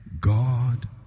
God